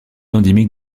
endémique